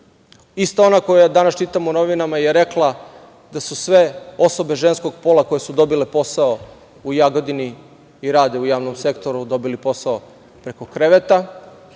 ista ona koja danas čitam u novinama je rekla, da su sve osobe ženskog pola koje su dobile posao u Jagodini i rade u javnom sektoru, dobile posao preko kreveta,